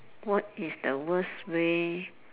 what is the worst way